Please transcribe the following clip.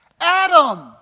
Adam